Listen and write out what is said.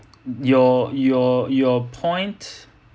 your your your point